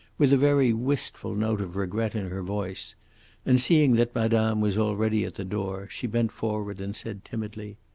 with a very wistful note of regret in her voice and seeing that madame was already at the door, she bent forward and said timidly,